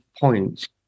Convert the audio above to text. points